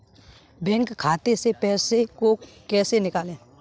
Bank खाते से पैसे को कैसे निकालें?